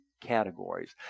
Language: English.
categories